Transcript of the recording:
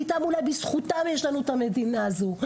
בזכותם יש לנו את המדינה הזו.